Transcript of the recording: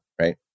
right